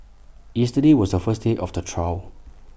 yesterday was A first day of the trial